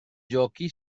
giochi